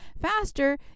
faster